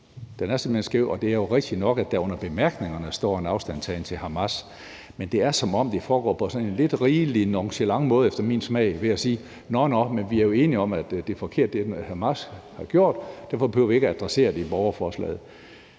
det er jo rigtigt nok, at der under bemærkningerne står en afstandtagen til Hamas, men det er, som om det foregår på en sådan lidt rigelig nonchalant måde efter min smag, idet man siger: Nå, nå, men vi er jo enige om, at det er forkert, hvad Hamas har gjort, og derfor behøver vi ikke at adressere det i borgerforslaget.